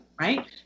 right